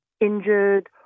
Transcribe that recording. injured